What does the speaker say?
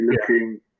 looking